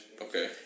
Okay